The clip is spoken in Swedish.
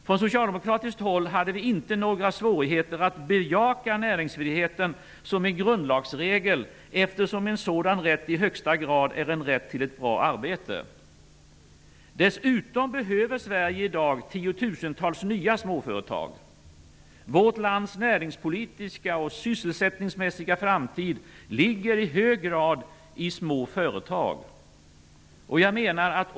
Från socialdemokratiskt håll hade vi inte några svårigheter att bejaka näringsfriheten som en grundlagsregel, eftersom en sådan rätt i högsta grad är en rätt till ett bra arbete. Dessutom behöver Sverige i dag tiotusentals nya småföretag. Vårt lands näringspolitiska och sysselsättningsmässiga framtid ligger i hög grad i små företag.